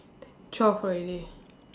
ten twelve already